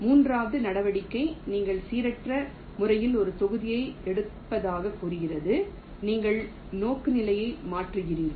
மூன்றாவது நடவடிக்கை நீங்கள் சீரற்ற முறையில் ஒரு தொகுதியை எடுப்பதாகக் கூறுகிறது நீங்கள் நோக்குநிலையை மாற்றுகிறீர்கள்